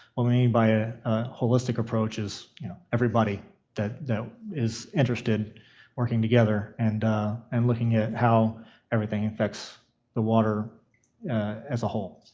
what we mean by a holistic approach is everybody that is interested working together and and looking at how everything affects the water as a whole.